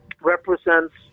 represents